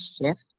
shift